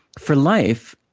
for life,